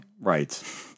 Right